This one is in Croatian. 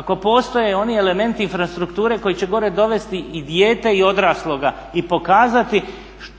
ako postoje oni elementi infrastrukture koji će gore dovesti i dijete i odrasloga i pokazati